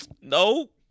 No